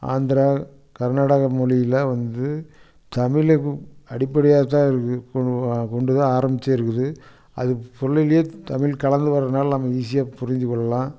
ஆந்திரா கர்நாடக மொழியில் வந்து தமிழை அடிப்படையாகதான் இருக்கு கொண்டு தான் ஆரம்பிச்சுருக்குது அது சொல்லையே தமிழ் கலந்து வரதுனால நம்ம ஈஸியாக புரிஞ்சு கொள்ளலாம்